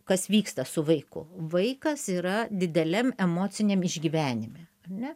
kas vyksta su vaiku vaikas yra dideliam emociniam išgyvenime ar ne